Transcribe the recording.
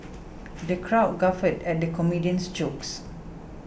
the crowd guffawed at the comedian's jokes